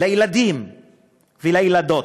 לילדים ולילדות.